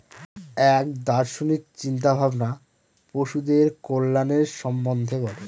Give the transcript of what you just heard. এক দার্শনিক চিন্তা ভাবনা পশুদের কল্যাণের সম্বন্ধে বলে